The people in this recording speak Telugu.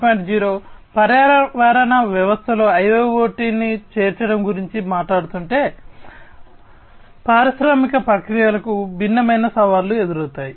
0 పర్యావరణ వ్యవస్థలో IIoT ను చేర్చడం గురించి మాట్లాడుతుంటే పారిశ్రామిక ప్రక్రియలకు భిన్నమైన సవాళ్లు ఎదురవుతాయి